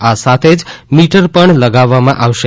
આ સાથે જ મીટર પણ લગાવવામાં આવશે